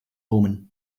omen